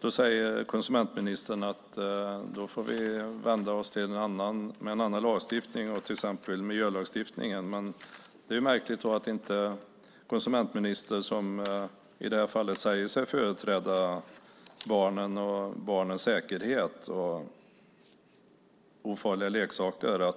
Då säger konsumentministern att vi får använda en annan lagstiftning, till exempel miljölagstiftningen. Det är märkligt att konsumentministern, som i det här fallet säger sig företräda barnen, barnens säkerhet och ofarliga leksaker,